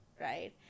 right